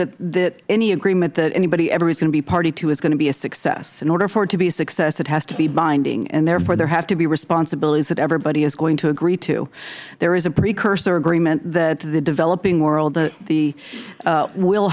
presume that any agreement that anybody ever is going to be party to is going to be a success in order for it to be a success it has to be binding and therefore there have to be responsibilities that everybody is going to agree to there is a precursor agreement that the developing world